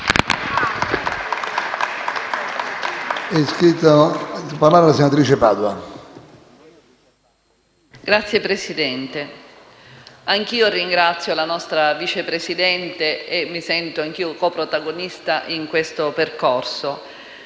Signor Presidente, anch'io ringrazio la nostra Vice Presidente e mi sento anch'io coprotagonista in questo percorso.